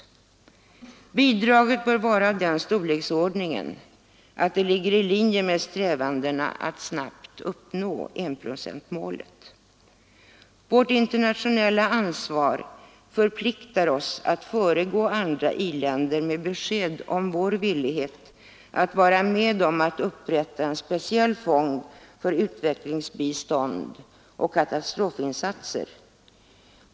Bidraget bör vara av den storleksordningen att det ligger i linje med strävandena att snabbt uppnå enprocentsmålet. Vårt internationella ansvar förpliktar oss att föregå andra i-länder med besked om vår villighet att vara med om att upprätta en speciell fond för utvecklingsbistånd och katastrofinsatser.